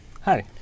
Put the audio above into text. Hi